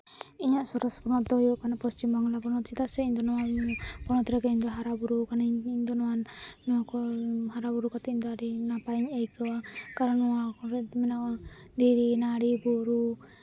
ᱤᱧᱟᱹᱜ ᱥᱚᱨᱮᱥ ᱯᱚᱱᱚᱛ ᱫᱚ ᱦᱩᱭᱩᱜ ᱠᱟᱱᱟ ᱯᱚᱥᱪᱤᱢᱵᱟᱝᱞᱟ ᱯᱚᱱᱚᱛ ᱪᱮᱫᱟᱜ ᱥᱮ ᱱᱚᱣᱟ ᱯᱚᱱᱚᱛ ᱨᱮᱜᱮ ᱤᱧᱫᱚ ᱦᱟᱨᱟ ᱵᱩᱨᱩ ᱠᱟᱹᱱᱟᱧ ᱤᱧᱫᱚ ᱱᱚᱣᱟ ᱱᱚᱣᱟ ᱠᱚ ᱦᱟᱨᱟᱼᱵᱩᱨᱩ ᱠᱟᱛᱮᱜ ᱤᱧᱫᱚ ᱱᱟᱯᱟᱭ ᱤᱧ ᱟᱹᱭᱠᱟᱹᱣᱟ ᱠᱟᱨᱚᱱ ᱱᱚᱣᱟ ᱠᱚᱨᱮᱜ ᱢᱮᱱᱟᱜᱼᱟ ᱫᱷᱤᱨᱤ ᱱᱟᱹᱲᱤ ᱵᱩᱨᱩ